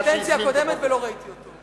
אני הייתי בקדנציה הקודמת, ולא ראיתי אותו.